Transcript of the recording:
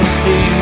see